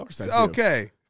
Okay